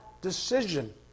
decision